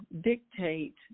dictate